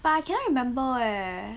but I cannot remember eh